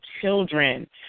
children